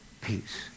Peace